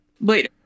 later